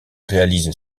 réalise